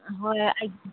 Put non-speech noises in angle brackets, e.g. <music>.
ꯑꯍꯣꯏ <unintelligible>